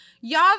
y'all